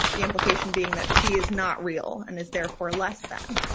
the implication being that she is not real and is therefore less than.